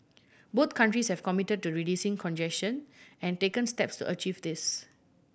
both countries have committed to reducing congestion and taken steps to achieve this